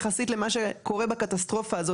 יחסית למה שקורה בקטסטרופה הזו,